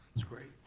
that's great,